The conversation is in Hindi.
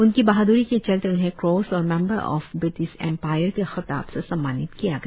उनकी बहादुरी के चलते उन्हें क्रॉस और मेंम्बर ऑफ ब्रिटिश एम्पायर के खिताब से सम्मानित किया गया